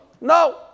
No